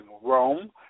Rome